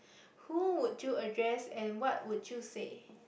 who would you address and what would you say